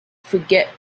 forget